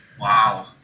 Wow